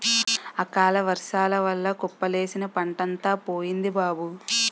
అకాలవర్సాల వల్ల కుప్పలేసిన పంటంతా పోయింది బాబూ